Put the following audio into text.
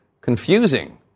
confusing